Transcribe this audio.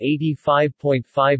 85.5